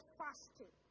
fasting